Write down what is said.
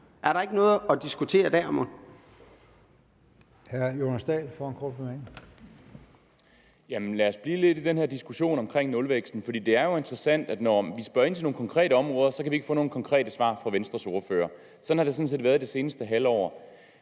Er der mon ikke noget at diskutere der?